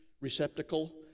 receptacle